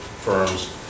firms